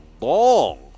long